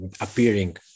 appearing